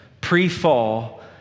pre-fall